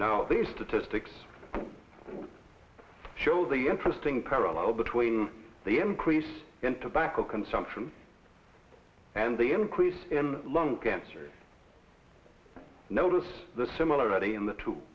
now the statistics show the interesting parallel between the increase in tobacco consumption and the increase in lung cancer notice the similarity in the two